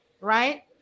right